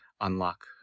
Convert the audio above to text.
Unlock